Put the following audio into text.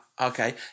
okay